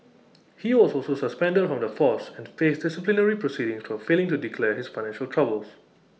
he was also suspended from the force and faced disciplinary proceedings for failing to declare his financial troubles